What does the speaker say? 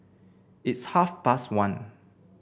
its half past one